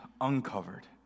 uncovered